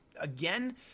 again